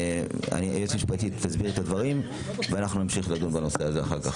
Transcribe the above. היועצת המשפטית תסביר את הדברים ואנחנו נמשיך אחר כך לדון בנושא הזה.